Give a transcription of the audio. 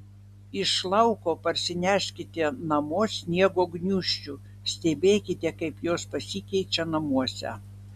iš lauko parsineškite namo sniego gniūžčių stebėkite kaip jos pasikeičia namuose